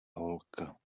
holka